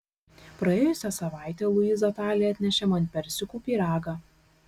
praėjusią savaitę luiza tali atnešė man persikų pyragą